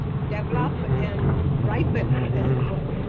develop and ripen as it were,